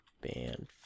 Band